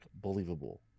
believable